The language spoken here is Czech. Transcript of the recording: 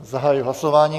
Zahajuji hlasování.